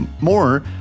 more